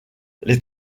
les